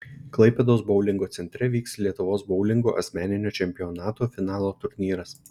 klaipėdos boulingo centre vyks lietuvos boulingo asmeninio čempionato finalo turnyras